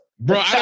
Bro